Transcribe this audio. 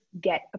get